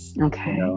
Okay